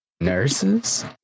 nurses